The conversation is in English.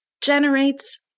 generates